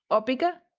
or bigger,